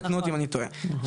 תקנו אותי אם אני טועה,